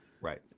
Right